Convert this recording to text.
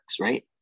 right